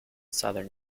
southern